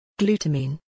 Glutamine